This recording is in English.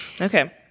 Okay